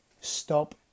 stop